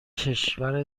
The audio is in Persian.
کشور